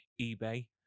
eBay